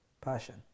passion